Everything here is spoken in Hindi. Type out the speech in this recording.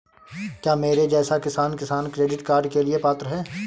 क्या मेरे जैसा किसान किसान क्रेडिट कार्ड के लिए पात्र है?